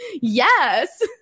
Yes